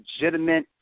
legitimate